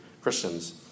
Christians